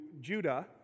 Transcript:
Judah